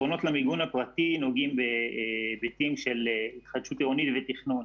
הפתרונות למיגון הפרטי נוגעים בהיבטים של התחדשות עירונית ותכנון